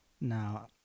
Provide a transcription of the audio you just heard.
now